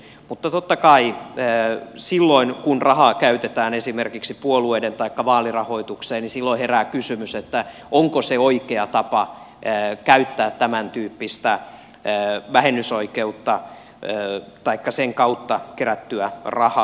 mutta totta kai silloin kun rahaa käytetään esimerkiksi puolueiden taikka vaalien rahoitukseen herää kysymys onko se oikea tapa käyttää tämän tyyppistä vähennysoikeutta taikka sen kautta kerättyä rahaa